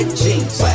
jeans